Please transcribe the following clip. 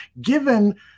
given –